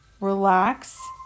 relax